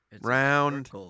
Round